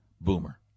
Boomer